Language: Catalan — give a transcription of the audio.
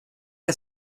que